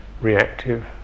reactive